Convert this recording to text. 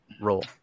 role